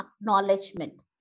acknowledgement